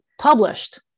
published